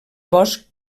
boscs